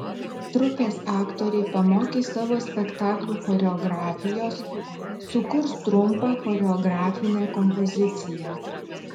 trupės aktoriai pamokys savo spektaklių choreografijos sukurs trumpą choreografinę kompoziciją